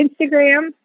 Instagram